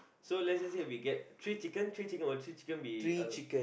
so let's just say we get three chicken three chicken will three chicken be a